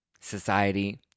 society